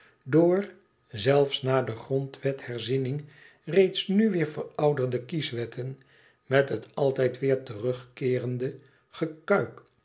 zelfs na de grondwetherziening reeds nu weêr verouderde kieswetten met het altijd weêr terugkeerende